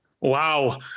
Wow